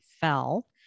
fell